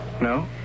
No